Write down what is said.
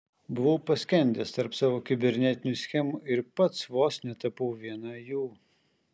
buvau paskendęs tarp savo kibernetinių schemų ir pats vos netapau viena jų